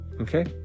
Okay